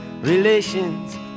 relations